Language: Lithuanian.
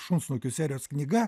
šunsnukių serijos knyga